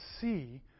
see